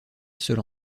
seule